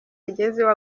agezeho